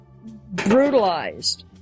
brutalized